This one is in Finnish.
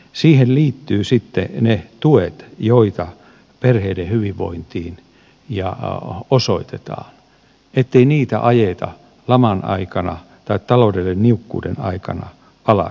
siihen liittyvät sitten ne tuet joita perheiden hyvinvointiin osoitetaan ettei niitä ajeta laman aikana tai talou dellisen niukkuuden aikana alas